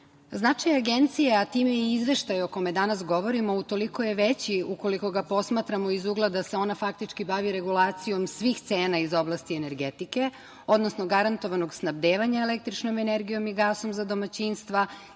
Srbiji. Značaj Agencije, a time i Izveštaj o kome danas govorimo, utoliko je veći ukoliko ga posmatramo iz ugla da se ona faktički bavi regulacijom svih cena iz oblasti energetike, odnosno garantovanog snabdevanja električnom energijom i gasom za domaćinstva,